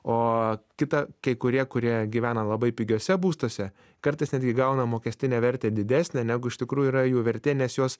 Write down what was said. o kita kai kurie kurie gyvena labai pigiuose būstuose kartais netgi gauna mokestinę vertę didesnę negu iš tikrųjų yra jų vertė nes juos